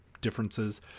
differences